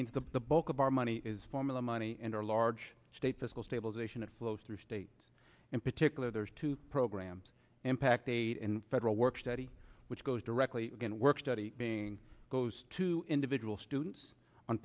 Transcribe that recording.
means the bulk of our money is formula money and our large state fiscal stabilization that flows through states in particular there's two programs impact aid in federal work study which goes directly in work study being goes to individual students on